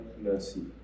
mercy